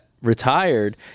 retired